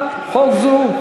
בחדשות,